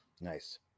Nice